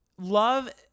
love